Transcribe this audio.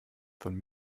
von